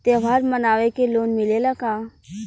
त्योहार मनावे के लोन मिलेला का?